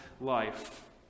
life